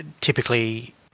Typically